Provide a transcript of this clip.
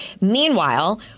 Meanwhile